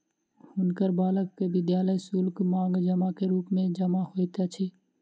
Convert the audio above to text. हुनकर बालक के विद्यालय शुल्क, मांग जमा के रूप मे जमा होइत अछि